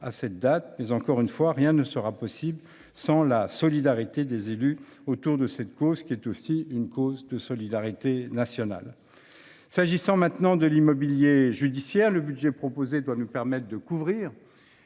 pas là. Mais encore une fois, rien ne sera possible sans la solidarité des élus autour de cette ambition, qui est aussi une cause de solidarité nationale. Concernant l’immobilier judiciaire, le budget proposé doit nous permettre de couvrir